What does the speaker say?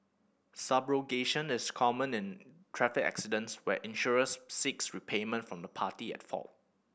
subrogation is common in traffic accidents where insurers seeks repayment from the party at fault